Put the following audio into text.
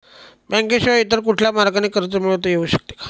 बँकेशिवाय इतर कुठल्या मार्गाने कर्ज मिळविता येऊ शकते का?